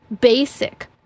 basic